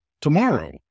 tomorrow